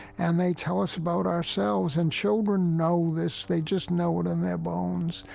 and they tell us about ourselves. and children know this. they just know it in their bones.